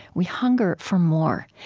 we hunger for more.